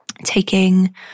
taking